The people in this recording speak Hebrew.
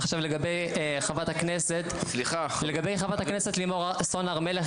עכשיו, לגבי חברת הכנסת לימור סון הר מלך.